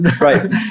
Right